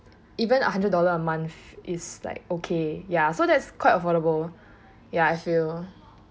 even a hundred dollar a month is like okay ya so that is quite affordable ya if you